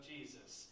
Jesus